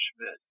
Schmidt